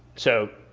so,